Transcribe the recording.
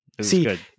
See